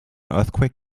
earthquake